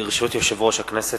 ברשות יושב-ראש הכנסת,